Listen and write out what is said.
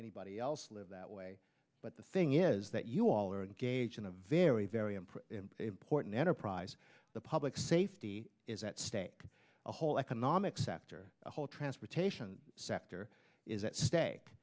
anybody else live that way but the thing is that you all are engaged in a very very i'm a portent enterprise the public safety is at stake the whole economic sector the whole transportation sector is at stake